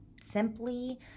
simply